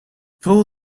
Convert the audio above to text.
pull